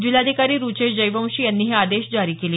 जिल्हाधिकारी रुचेश जयवंशी यांनी हे आदेश जारी केले